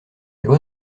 loi